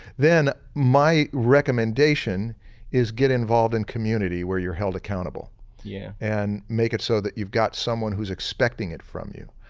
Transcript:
then my recommendation is get involved in community where you're held accountable yeah and make it so that you've got someone who's expecting it from you.